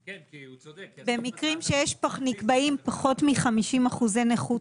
במקרים שנקבעים פחות מ-50 אחוזי נכות